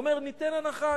הוא אומר: ניתן הנחה.